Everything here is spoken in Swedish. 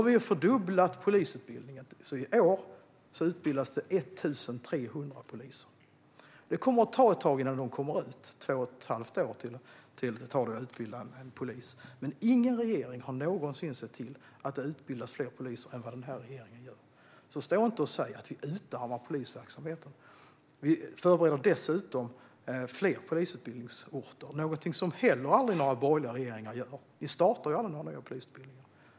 Vi har fördubblat antalet platser på polisutbildningen så att det i år utbildas 1 300 poliser. Det kommer att dröja två och ett halvt år innan de kommer ut, men ingen regering har någonsin låtit utbilda fler poliser än vad denna regering gör. Så stå inte och säg att vi utarmar polisverksamheten, Roger Haddad! Vi förbereder dessutom polisutbildning på fler orter. Borgerliga regeringar har aldrig startat en ny polisutbildning.